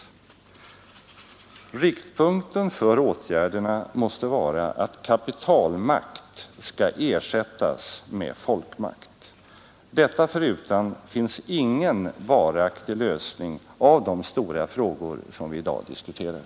Riktpunkten för åtgärderna måste vara att kapitalmakt skall ersättas med folkmakt. Detta förutan finns ingen varaktig lösning av de stora frågor som vi i dag diskuterar.